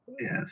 Yes